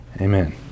Amen